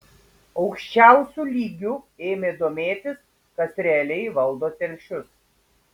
aukščiausiu lygiu ėmė domėtis kas realiai valdo telšius